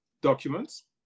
documents